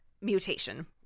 Mutation